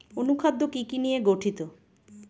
অনুখাদ্য কি কি নিয়ে গঠিত?